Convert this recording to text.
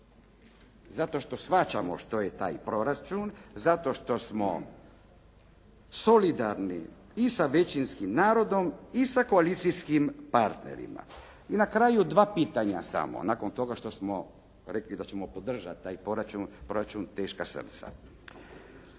Zato što shvaćamo što je taj proračun, zato što smo solidarni i sa većinskim narodom i sa koalicijskim partnerima. I na kraju dva pitanja samo, nakon toga što smo rekli da ćemo podržati taj proračun teška srca.